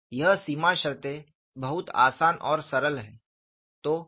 ये सीमा शर्तें बहुत आसान और सरल हैं